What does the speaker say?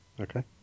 Okay